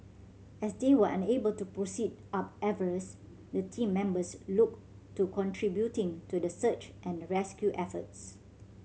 as they were unable to proceed up Everest the team members looked to contributing to the search and rescue efforts